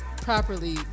properly